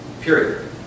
Period